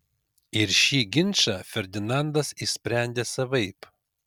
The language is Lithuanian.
ir šį ginčą ferdinandas išsprendė savaip